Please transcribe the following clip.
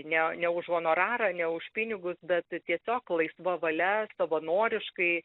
ne ne už honorarą ne už pinigus bet tiesiog laisva valia savanoriškai